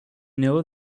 know